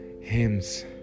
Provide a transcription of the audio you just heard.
hymns